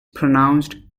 pronounced